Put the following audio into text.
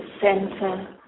center